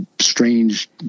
Strange